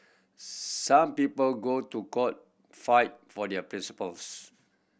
some people go to court fight for their principles